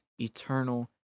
eternal